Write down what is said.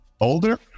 older